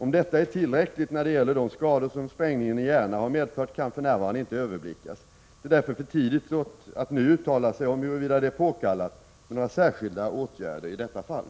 Om detta är tillräckligt när det gäller de skador som sprängningen i Järna har medfört kan för närvarande inte överblickas. Det är därför för tidigt att nu uttala sig om huruvida det är påkallat med några särskilda åtgärder i detta fall.